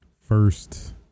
First